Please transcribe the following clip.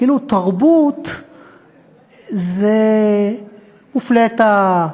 כאילו תרבות זה מופלטה,